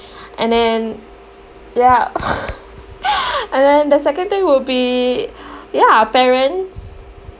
and then ya and then the second thing would be ya parents